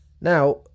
now